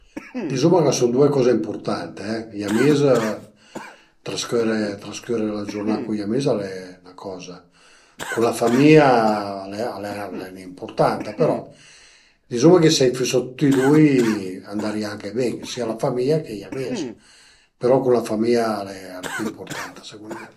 Dizuma ch'a sun due coze ëmpurtante e i amis trascöre trascöre la giurnà con i amis al e 'na coza, cun la famìa al e impurtanta però, dizuma che s'a i föisa tüti e dui andarìa anche bin, sia la famìa che i amis, però cun la famìa al e pi impurtanta secund mi